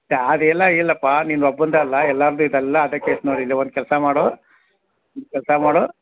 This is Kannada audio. ಗಾಡಿ ಇಲ್ಲ ಇಲ್ಲಪ್ಪಾ ನಿಂದು ಒಬ್ಬಂದೆ ಅಲ್ಲ ಎಲ್ಲಾರ್ದು ಇದೆಲ್ಲ ಅದೆ ಕೇಸ್ನೋರು ಇಲ್ಲ ಒಂದು ಕೆಲಸ ಮಾಡು ಒಂದು ಕೆಲಸ ಮಾಡು